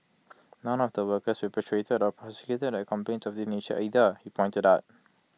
none of the workers repatriated or prosecuted had complaints of this nature either he pointed out